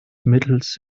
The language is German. mittels